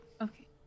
Okay